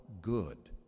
good